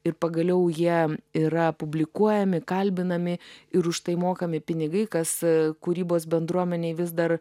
ir pagaliau jie yra publikuojami kalbinami ir už tai mokami pinigai kas kūrybos bendruomenei vis dar